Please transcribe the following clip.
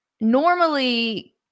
Normally